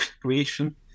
creation